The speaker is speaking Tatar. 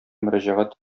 мөрәҗәгать